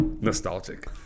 Nostalgic